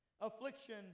Affliction